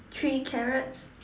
three carrots